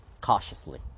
cautiously